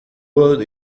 whirled